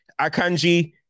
Akanji